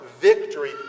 victory